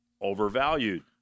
overvalued